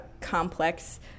complex